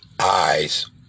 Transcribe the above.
eyes